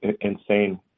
Insane